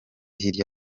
hirya